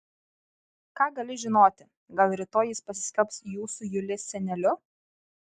ką gali žinoti gal rytoj jis pasiskelbs jūsų julės seneliu